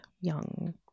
young